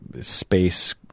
space